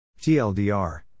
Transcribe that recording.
TLDR